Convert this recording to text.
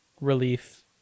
relief